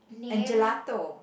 and Gelato